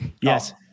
Yes